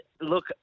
look